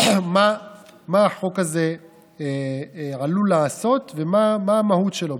מה החוק הזה עלול לעשות ומה המהות שלו.